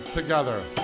together